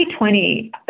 2020